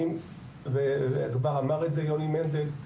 כבר אמר יוני מנדל,